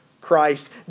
Christ